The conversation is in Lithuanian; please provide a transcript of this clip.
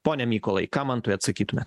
pone mykolai ką mantui atsakytumėt